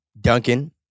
Duncan